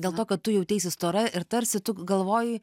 dėl to kad tu jauteisi stora ir tarsi tu galvojai